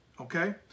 Okay